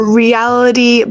reality